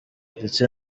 ndetse